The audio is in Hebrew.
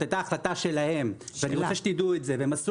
בסדרי עדיפויות של הפינויים וגם עם הוועדה שאנחנו הולכים